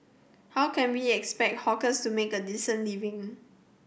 how can we expect hawkers to make a decent living